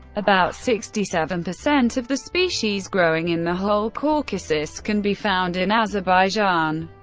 about sixty seven percent of the species growing in the whole caucasus can be found in azerbaijan.